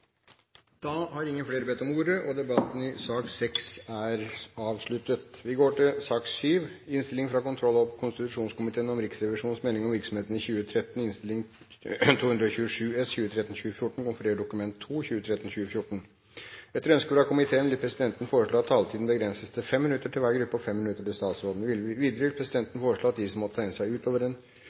har ikke bedt om ordet til sak nr. 6. Etter ønske fra kontroll- og konstitusjonskomiteen vil presidenten foreslå at taletiden begrenses til 5 minutter til hver gruppe og 5 minutter til statsråden. Videre vil presidenten foreslå at de som måtte tegne seg på talerlisten utover den